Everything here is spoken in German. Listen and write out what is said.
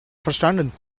verstanden